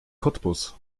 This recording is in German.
cottbus